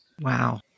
Wow